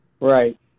Right